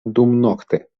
dumnokte